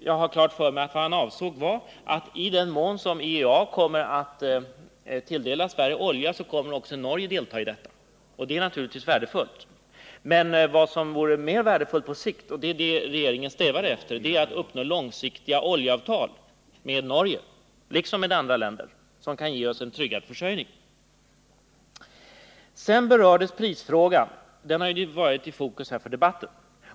Jag vet att han avsåg att i den mån som IEA kommer att tilldela Sverige olja kommer också Norge att göra det. Detta är naturligtvis värdefullt. Men vad som är mer värdefullt på sikt, och det är det regeringen strävar efter, är att uppnå långsiktiga oljeavtal med Norge liksom med andra länder, så att vi får en tryggad försörjning. Sedan berördes prisfrågan. Den har ju varit i fokus under debatten.